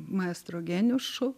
maestro geniušu